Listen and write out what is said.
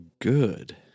good